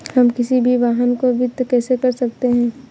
हम किसी भी वाहन को वित्त कैसे कर सकते हैं?